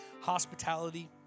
hospitality